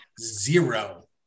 Zero